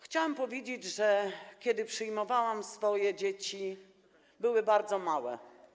Chciałam powiedzieć, że kiedy przyjmowałam swoje dzieci, były bardzo małe.